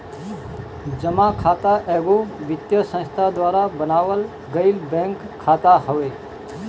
जमा खाता एगो वित्तीय संस्था द्वारा बनावल गईल बैंक खाता हवे